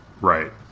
Right